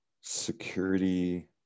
security